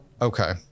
Okay